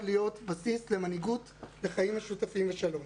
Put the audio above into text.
להיות בסיס למנהיגות לחיים משותפים לשלום.